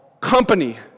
company